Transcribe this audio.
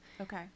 Okay